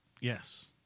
Yes